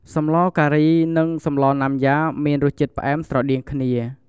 សម្លរការីនិងសម្លណាំយ៉ា មានរសជាតិផ្អែមស្រដៀងគ្នា។